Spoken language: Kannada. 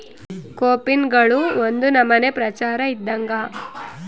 ಕೋಪಿನ್ಗಳು ಒಂದು ನಮನೆ ಪ್ರಚಾರ ಇದ್ದಂಗ